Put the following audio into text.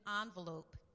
envelope